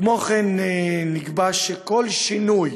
כמו כן, נקבע שכל שינוי